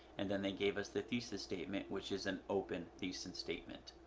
and then they gave us the thesis statement, which is an open thesis and statement.